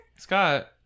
Scott